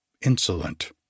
insolent